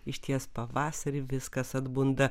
išties pavasarį viskas atbunda